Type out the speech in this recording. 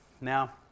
Now